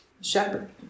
Shepherd